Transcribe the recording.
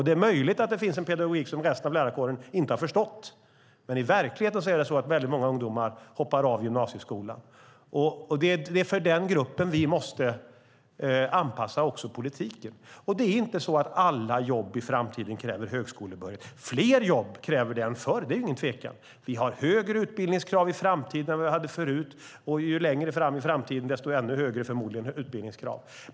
Det är möjligt att det finns en pedagogik som resten av lärarkåren inte har förstått, men i verkligheten är det många ungdomar som hoppar av gymnasieskolan, och det är för den gruppen vi också måste anpassa politiken. Det är inte så att alla jobb i framtiden kräver högskolebehörighet. Fler jobb kräver det än förr. Det är ingen tvekan om det. Vi har högre utbildningskrav i framtiden än vad vi hade förut. Och längre fram i framtiden är det förmodligen ännu högre utbildningskrav.